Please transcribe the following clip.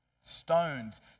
stones